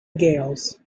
gaels